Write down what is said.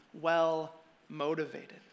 well-motivated